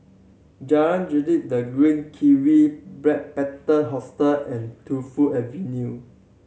Jalan Grisek The Green Kiwi Backpacker Hostel and Tu Fu Avenue